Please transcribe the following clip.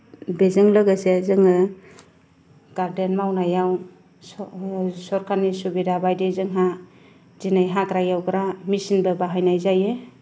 बेजों लोगोसे जोङो गार्देन मावनायाव सरकारनि सुबिदा बायदि जोंहा दिनै हाग्रा एवग्रा मेशिनबो बाहायनाय जायो